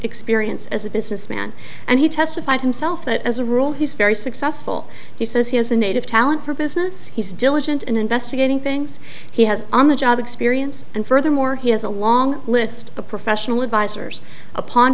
experience as a businessman and he testified himself that as a rule he's very successful he says he has a native talent for business he's diligent in investigating things he has on the job experience and furthermore he has a long list of professional advisors upon